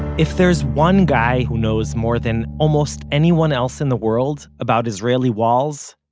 if there's one guy who knows more than almost anyone else in the world about israeli walls,